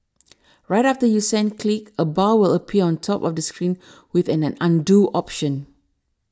right after you send click a bar will appear on top of the screen with an an Undo option